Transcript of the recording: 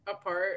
Apart